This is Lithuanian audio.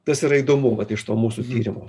tas yra įdomu vat iš to mūsų tyrimo